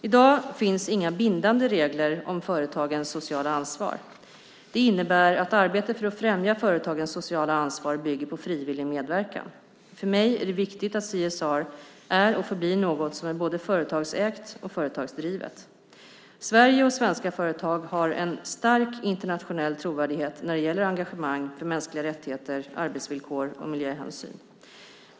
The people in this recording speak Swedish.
I dag finns inga bindande regler om företagens sociala ansvar. Det innebär att arbetet för att främja företagens sociala ansvar bygger på frivillig medverkan. För mig är det viktigt att CSR är och förblir något som är både företagsägt och företagsdrivet. Sverige och svenska företag har en stark internationell trovärdighet när det gäller engagemang för mänskliga rättigheter, arbetsvillkor och miljöhänsyn.